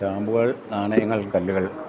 സ്റ്റാമ്പുകൾ നാണയങ്ങൾ കല്ലുകൾ